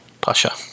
Pasha